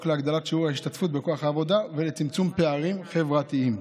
להגדלת שיעור ההשתתפות בכוח העבודה ולצמצום פערים חברתיים.